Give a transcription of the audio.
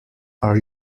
are